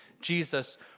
Jesus